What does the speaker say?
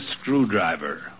screwdriver